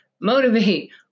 motivate